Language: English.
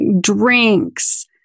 drinks